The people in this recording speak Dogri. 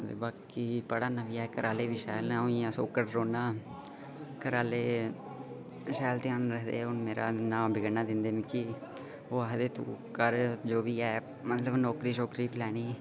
ते बाकी पढ़ा ना बी ऐ बाकी घरा आह्ले बी शैल न अं'ऊ इं'या सौकड़ रौह्न्ना घरा आह्ले शैल ते है'न हू'न मेरा ना बिगड़ना दिंदे मिगी ओह् आखदे कर तू जो बी ऐ मतलब नौकरी छोकरी दी प्लानिंग ऐ